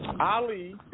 Ali